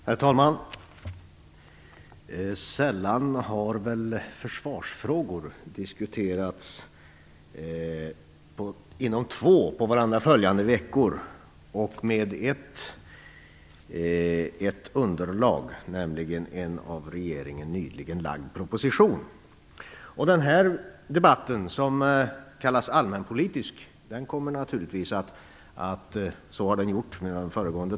Herr talman! Sällan har försvarsfrågor diskuterats inom två på varandra följande och med ett underlag, nämligen en av regeringen nyligen framlagd proposition. Den här debatten, som kallas allmänpolitisk, kommer naturligtvis att ha propositionen som grund.